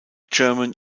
german